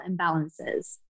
imbalances